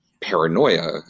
paranoia